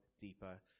deeper